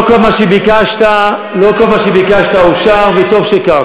לא כל מה שביקשת אושר, וטוב שכך.